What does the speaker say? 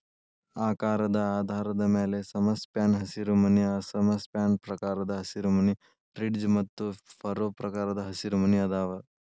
ಆಕಾರದ ಆಧಾರದ ಮ್ಯಾಲೆ ಸಮಸ್ಪ್ಯಾನ್ ಹಸಿರುಮನಿ ಅಸಮ ಸ್ಪ್ಯಾನ್ ಪ್ರಕಾರದ ಹಸಿರುಮನಿ, ರಿಡ್ಜ್ ಮತ್ತು ಫರೋ ಪ್ರಕಾರದ ಹಸಿರುಮನಿ ಅದಾವ